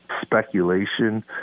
speculation